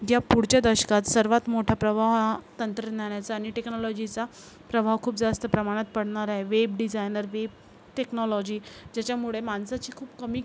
ज्या पुढच्या दशकात सर्वात मोठा प्रभाव हा तंत्रज्ञानाचा आणि टेक्नॉलॉजीचा प्रभाव खूप जास्त प्रमाणात पडणार आहे वेब डिझायनर वेब टेक्नॉलॉजी ज्याच्यामुळे माणसाची खूप कमी